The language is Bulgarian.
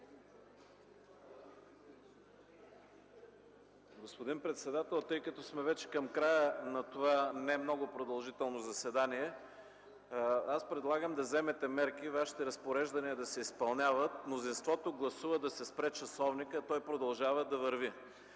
Господин председател, тъй като сме вече към края на това не много продължително заседание, предлагам да вземете мерки и Вашите разпореждания да се изпълняват. Мнозинството гласува да се спре часовникът, а той продължава да върви.